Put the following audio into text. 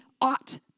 ought